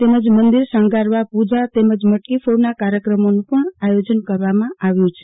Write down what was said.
તેમજ મંદિર શણગારવા પૂજા તેમજ મટકીફોડનાં કાર્યક્રમોનું પણ આયોજન કરવામાં આવ્યું છે